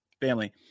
family